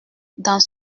dans